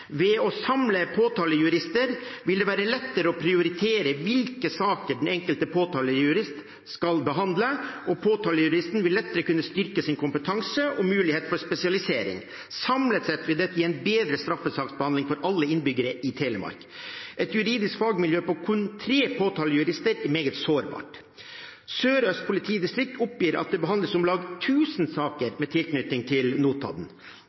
Ved å samle påtalejurister vil det være lettere å prioritere hvilke saker den enkelte påtalejurist skal behandle, og påtalejuristen vil lettere kunne styrke sin kompetanse og mulighet for spesialisering. Samlet sett vil dette gi en bedre straffesaksbehandling for alle innbyggerne i Telemark. Et juridisk fagmiljø med kun tre påtalejurister er meget sårbart. Sør-Øst politidistrikt oppgir at det behandles om lag 1 000 saker med tilknytning til